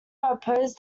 oppose